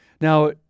Now